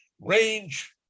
range